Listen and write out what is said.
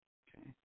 okay